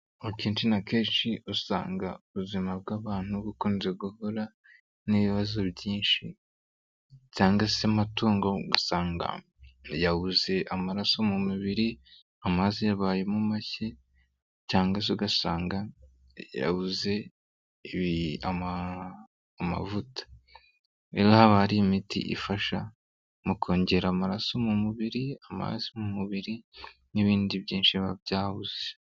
Akenshi na kenshi usanga ubuzima bw'abantu bukunze guhura n'ibibazo byinshi, cyangwa se amatungo ugasanga yabuze amaraso mu mubiri amazi yabayemo macye, cyangwa se ugasanga yabuze amavuta. Rero haba hari imiti ifasha mu kongera amaraso mu mubiri amazi mu mubiri, n'ibindi byinshi biba byabuze.